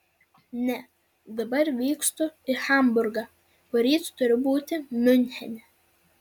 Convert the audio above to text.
ne dabar vykstu į hamburgą poryt turiu būti miunchene